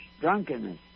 drunkenness